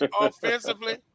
offensively